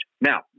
Now